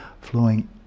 flowing